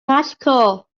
magical